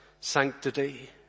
sanctity